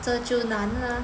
这就难了